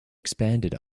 expanded